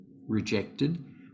rejected